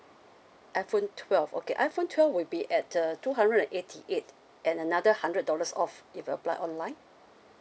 iphone twelve okay iphone twelve would be at uh two hundred and eighty eight and another hundred dollars off if you apply online